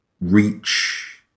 reach